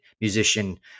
musician